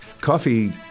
coffee